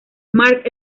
mark